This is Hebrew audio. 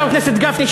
חבר הכנסת גפני,